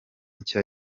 nshya